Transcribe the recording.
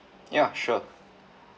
ya sure